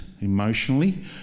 emotionally